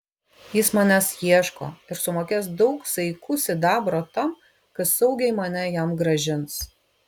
jis manęs ieško ir sumokės daug saikų sidabro tam kas saugiai mane jam grąžins